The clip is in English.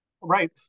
Right